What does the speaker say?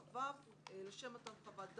(ו) לשם מתן חוות דעת,